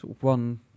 one